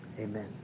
Amen